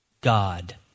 God